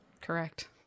Correct